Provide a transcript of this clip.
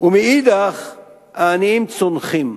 ומאידך גיסא העניים צונחים.